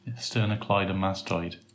Sternocleidomastoid